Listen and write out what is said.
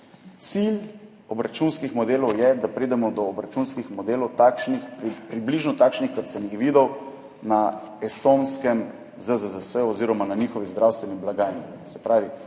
Cilj obračunskih modelov je, da pridemo do obračunskih modelov, takšnih, približno takšnih, kot sem jih videl na estonskem ZZZS oziroma na njihovi zdravstveni blagajni.